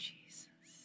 Jesus